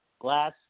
glass